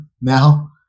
now